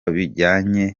bijyanye